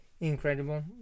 incredible